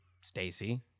Stacy